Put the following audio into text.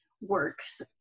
works